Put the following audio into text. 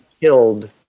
killed